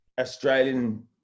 Australian